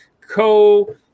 co